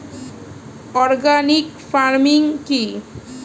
Organic farming কি?